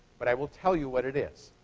but i will tell you what it is.